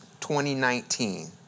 2019